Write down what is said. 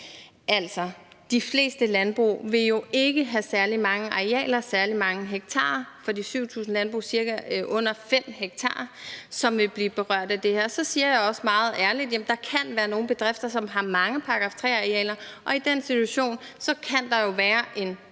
de fleste landbrug vil jo ikke have særlig mange arealer og hektar; det er for de 7.000 landbrugs vedkommende under 5 ha, der vil blive berørt af det her. Så siger jeg også meget ærligt, at der kan være nogle bedrifter, som har mange § 3-arealer, og i den situation kan der jo være en